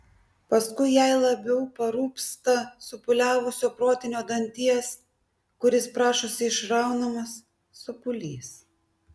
paskui jai labiau parūpsta supūliavusio protinio danties kuris prašosi išraunamas sopulys